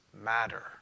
matter